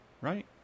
right